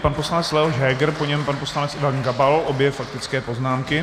Pan poslanec Leoš Heger, po něm pan poslanec Ivan Gabal, obě faktické poznámky.